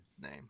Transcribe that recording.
name